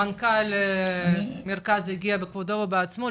מנכ"ל המרכז הגיע בכבודו ובעצמו,